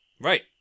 Right